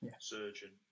surgeon